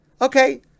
Okay